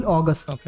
August